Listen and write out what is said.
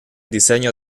diseño